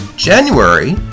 January